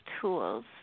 tools